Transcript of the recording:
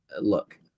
look